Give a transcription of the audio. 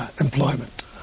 employment